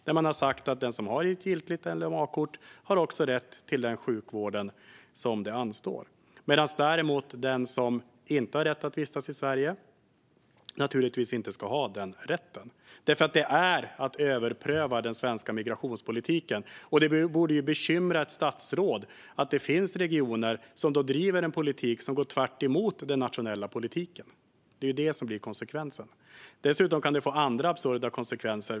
Där har man sagt att den som har ett giltigt LMA-kort också har rätt till sjukvård som kan anstå, medan den som däremot inte har rätt att vistas i Sverige naturligtvis inte ska ha den rätten. Det är nämligen att överpröva den svenska migrationspolitiken, och det borde bekymra ett statsråd att det finns regioner som bedriver en politik som går tvärtemot den nationella politiken. Det är det som blir konsekvensen. Dessutom kan det få andra absurda konsekvenser.